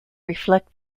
reflect